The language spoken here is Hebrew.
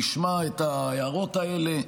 נשמע את ההערות האלה,